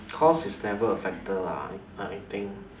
cost is never a factor lah I I think